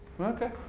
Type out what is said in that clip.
Okay